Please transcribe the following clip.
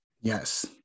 Yes